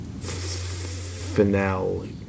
finale